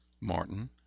Martin